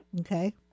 Okay